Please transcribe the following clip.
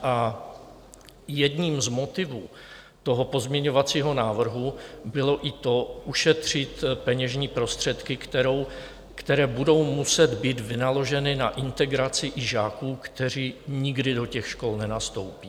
A jedním z motivů pozměňovacího návrhu bylo i ušetřit peněžní prostředky, které budou muset být vynaloženy na integraci žáků, kteří nikdy do těch škol nenastoupí.